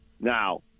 now